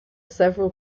several